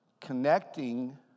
connecting